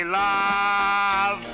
love